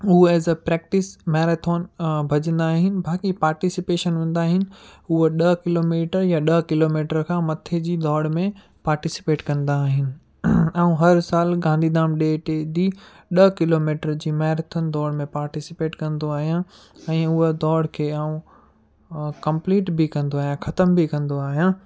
हू एज ऐं प्रैक्टिस मैरथॉन भॼंदा आहिनि बाक़ी पार्टिसिपेशन हूंदा आहिनि उहा ॾह किलोमीटर या ॾह किलोमीटर खां मथे जी दौड़ में पार्टिसिपेट कंदा आहिनि ऐं हर साल गांधीधाम डे ते ॾींहुं ॾह किलोमीटर जी मैरथॉन दौड़ में पार्टिसिपेट कंदो आहियां ऐं उहा दौड़ खे आउं कंप्लीट बि कंदो आहियां ख़तमु बि कंदो आहियां